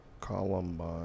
Columbine